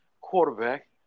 quarterback